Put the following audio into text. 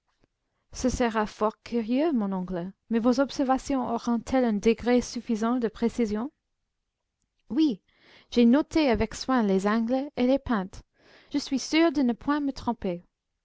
ce sera fort curieux mon oncle mais vos observations auront elles un degré suffisant de précision oui j'ai noté avec soin les angles et les pentes je suis sûr de ne point me tromper